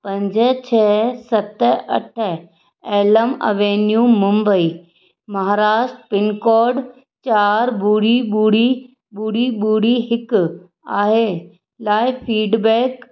पंज छ सत अठ एलम एवेन्यू मुंबई महाराष्ट्र पिनकोड चारि ॿुड़ी ॿुड़ी ॿुड़ी ॿुड़ी हिकु आहे लाइ फीड बैक